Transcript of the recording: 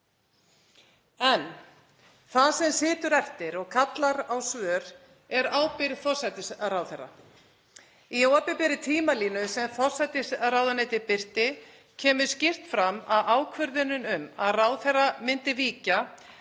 En það sem situr eftir og kallar á svör er ábyrgð forsætisráðherra. Í opinberri tímalínu sem forsætisráðuneytið birti kemur skýrt fram að ákvörðunin um að ráðherra myndi víkja